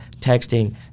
texting